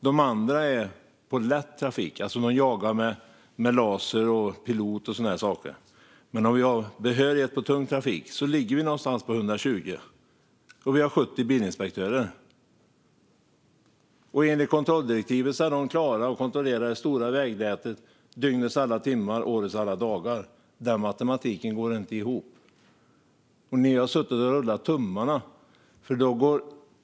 De andra är på lätt trafik. De jagar med laser, pilot och sådana saker. Om vi talar om behörighet på tung trafik ligger vi någonstans vid 120, och vi har 70 bilinspektörer. Enligt kontrolldirektivet ska de klara att kontrollera det stora vägnätet dygnets alla timmar och årets alla dagar. Den matematiken går inte ihop. Ni har suttit och rullat tummarna.